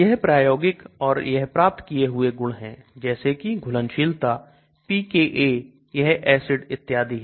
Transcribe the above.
यह प्रायोगिक और यह प्राप्त किए हुए गुण हैं जैसे कि घुलनशीलता PKA यह एसिड इत्यादि हैं